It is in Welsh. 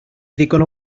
ddigon